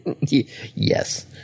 Yes